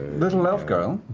little elf girl?